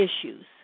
issues